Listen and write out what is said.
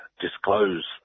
disclose